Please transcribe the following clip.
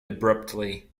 abruptly